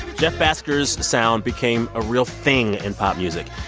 jeff bhasker's sound became a real thing in pop music.